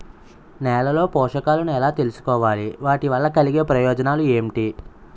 నేలలో పోషకాలను ఎలా తెలుసుకోవాలి? వాటి వల్ల కలిగే ప్రయోజనాలు ఏంటి?